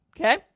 Okay